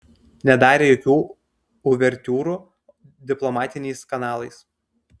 nedarė jokių uvertiūrų diplomatiniais kanalais